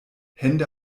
hände